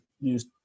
use